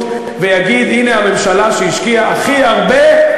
ויגיד: הנה הממשלה שהשקיעה הכי הרבה,